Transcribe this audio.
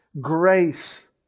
Grace